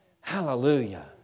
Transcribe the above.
Hallelujah